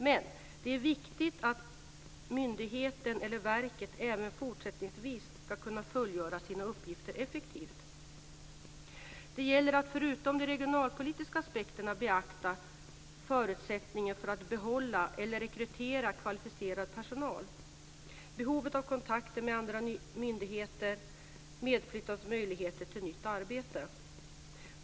Men det är viktigt att myndigheten eller verket även fortsättningsvis ska kunna fullgöra sina uppgifter effektivt. Det gäller att förutom de regionalpolitiska aspekterna beakta förutsättningarna för att behålla eller rekrytera kvalificerad personal, behovet av kontakter med andra myndigheter och medflyttandes möjligheter till nytt arbete.